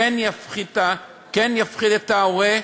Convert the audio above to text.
כן יפחיד את ההורה,